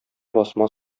басма